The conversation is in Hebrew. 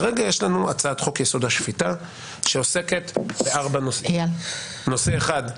כרגע יש לנו הצעת חוק-יסוד: השפיטה שעוסקת בארבעה נושאים: נושא אחד,